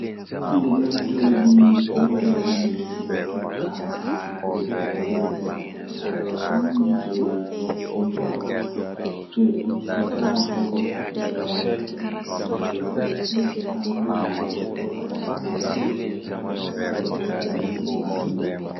To miɗon jooɗi feere am miyiɗi mi tokka fijugo haa nder waya am Miɗo yiɗi waawugol e ñaawo kala goɗɗum, ko "puzzle" ngal. Ko ɓurndu woyndude laawol e ndaarnde e nder laawol ngam jango mum. Miɗo waɗi yowtere tawi ngona mi faamaade njamdi ngal.